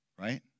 Right